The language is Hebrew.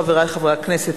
חברי חברי הכנסת,